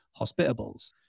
Hospitables